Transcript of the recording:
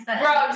bro